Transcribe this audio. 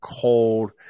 cold